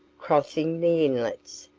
crossing the inlets,